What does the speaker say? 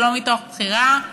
שלא מתוך בחירה,